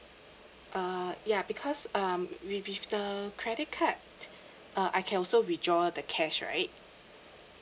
uh ya because um we with the credit card uh I can also withdraw the cash right